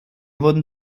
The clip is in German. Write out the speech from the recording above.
wurden